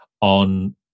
on